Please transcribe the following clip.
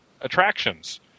attractions